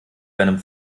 deinem